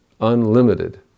unlimited